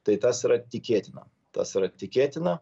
tai tas yra tikėtina tas yra tikėtina